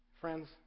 Friends